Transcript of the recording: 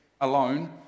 alone